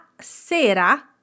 sera